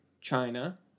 China